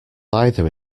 either